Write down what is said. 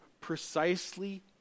precisely